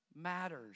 matters